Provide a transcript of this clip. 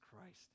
Christ